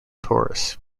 taurus